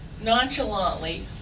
nonchalantly